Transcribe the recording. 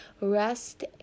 rest